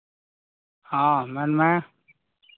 ᱦᱮᱸ ᱢᱮᱱᱢᱮ